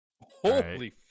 Holy